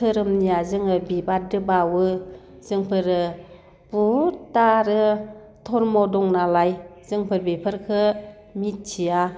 धोरोमनिया जोङो बिबारजों बावो जोंफोरो बुहुदता आरो धोरोम दं नालाय जोंफोर बेफोरखो मिथिया